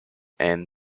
and